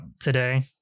today